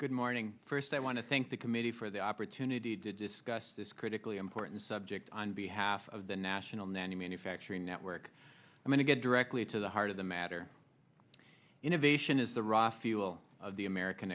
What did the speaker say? good morning first i want to thank the committee for the opportunity to discuss this critically important subject on behalf of the national nanny manufacturing network i mean to get directly to the heart of the matter innovation is the raw fuel the american